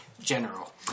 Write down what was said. General